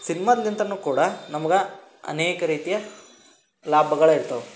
ಸಿನ್ಮಾದ್ಲಿಂತಾನೂ ಕೂಡ ನಮ್ಗೆ ಅನೇಕ ರೀತಿಯ ಲಾಭಗಳಿರ್ತಾವ್